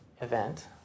event